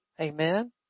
Amen